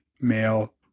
male